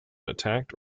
attacked